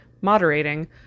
moderating